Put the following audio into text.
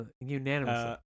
unanimously